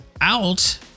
out